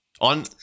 On